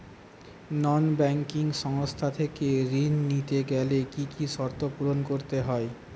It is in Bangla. নন ব্যাঙ্কিং সংস্থা থেকে ঋণ নিতে গেলে কি কি শর্ত পূরণ করতে হয়?